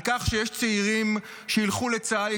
על כך שיש צעירים שילכו לצה"ל,